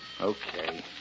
Okay